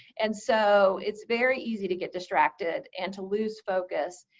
and so, it's very easy to get distracted and to lose focus.